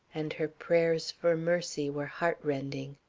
and her prayers for mercy were heart-rending.